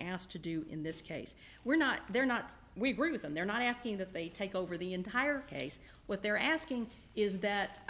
asked to do in this case we're not they're not we agree with them they're not asking that they take over the entire case what they're asking is that